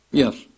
yes